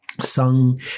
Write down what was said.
sung